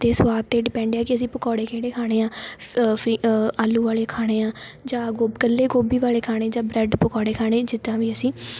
ਅਤੇ ਸਵਾਦ 'ਤੇ ਡਿਪੈਂਡ ਹੈ ਕਿ ਅਸੀਂ ਪਕੌੜੇ ਕਿਹੜੇ ਖਾਣੇ ਆ ਫੀ ਆਲੂ ਵਾਲੇ ਖਾਣੇ ਆ ਜਾਂ ਗੋ ਇਕੱਲੇ ਗੋਭੀ ਵਾਲੇ ਖਾਣੇ ਜਾਂ ਬ੍ਰੈਡ ਪਕੌੜੇ ਖਾਣੇ ਜਿੱਦਾਂ ਵੀ ਅਸੀਂ